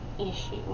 issue